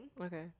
Okay